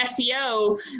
SEO